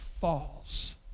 falls